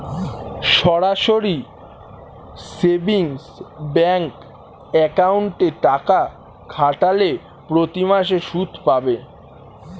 সরাসরি savings bank অ্যাকাউন্টে টাকা খাটালে প্রতিমাসে সুদ পাবে